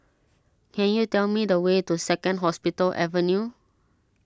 can you tell me the way to Second Hospital Avenue